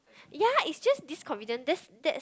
ya it's just this convenient this this